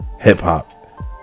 hip-hop